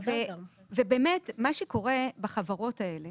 ובאמת מה שקורה בחברות האלה